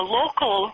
local